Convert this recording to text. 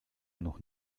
noch